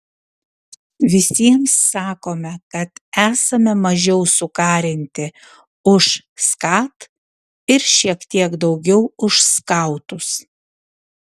visiems sakome kad esame mažiau sukarinti už skat ir šiek tiek daugiau už skautus